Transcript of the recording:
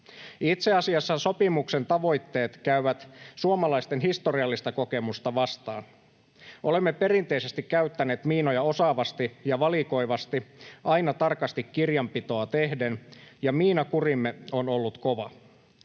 Itse asiassa sopimuksen tavoitteet käyvät suomalaisten historiallista kokemusta vastaan. Olemme perinteisesti käyttäneet miinoja osaavasti ja valikoivasti aina tarkasti kirjanpitoa tehden, ja miinakurimme on ollut kova.